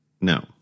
No